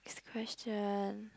question